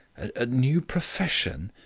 a new profession!